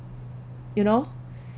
you know